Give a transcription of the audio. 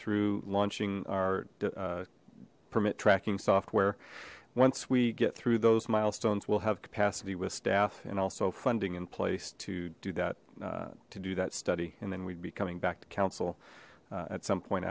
through launching our permit tracking software once we get through those milestones we'll have capacity with staff and also funding in place to do that to do that study and then we'd be coming back to council at some point